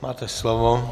Máte slovo.